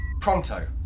Pronto